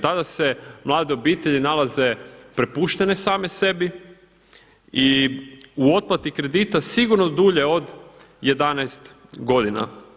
Tada se mlade obitelji nalaze prepuštene same sebi i u otplati kredita sigurno dulje od 11 godina.